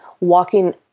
walking